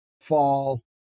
fall